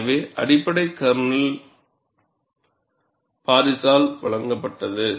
எனவே அடிப்படை கர்னல் பாரிஸால் வழங்கப்பட்டது